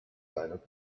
seiner